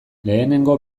lehenengo